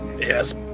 Yes